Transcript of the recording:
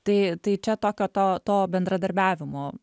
tai tai čia tokio to to bendradarbiavimo